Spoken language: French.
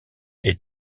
est